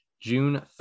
June